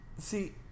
See